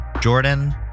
Jordan